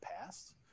past